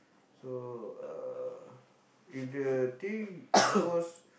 so uh if the thing goes